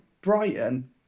Brighton